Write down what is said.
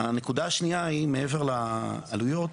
מעבר לעלויות,